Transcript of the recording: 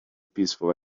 peaceful